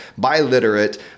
biliterate